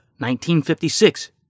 1956